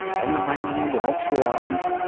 on the mainland and offshore islands,